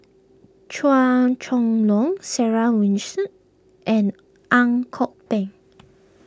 Chua Chong Long Sarah and Ang Kok Peng